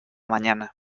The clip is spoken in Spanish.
mañana